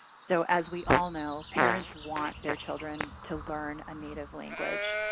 so as we all know, parents want their children to learn a native language.